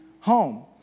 Home